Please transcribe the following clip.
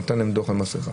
נתן להם דוח על מסכה.